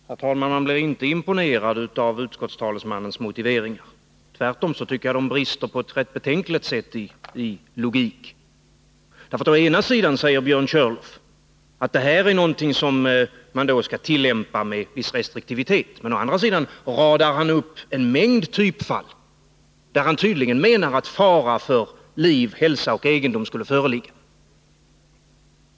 Herr talman! Man blir inte imponerad av utskottstalesmannens motiveringar. Tvärtom tycker jag att de på ett rätt betänkligt sätt brister i logik. Å ena sidan säger Björn Körlof att det här är någonting som man skall tillämpa med viss restriktivitet. Å andra sidan radar han upp en mängd typfall. där han tydligen menar att fara för liv, hälsa och egendom skulle föreligga.